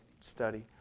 study